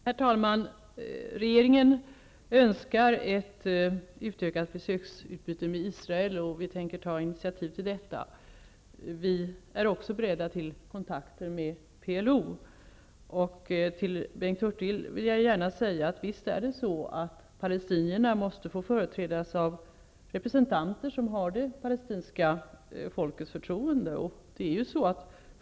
Herr talman! Regeringen önskar ett utökat besöksutbyte med Israel. Vi tänker ta initiativ till detta. Vi är också beredda till kontakter med PLO. Till Bengt Hurtig vill jag gärna säga att palestinierna visst måste få företrädas av representanter som har det palestinska folkets förtroende.